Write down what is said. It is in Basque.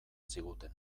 ziguten